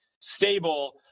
stable